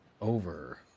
Over